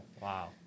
Wow